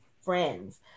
friends